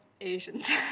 asians